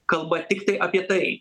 kalba tiktai apie tai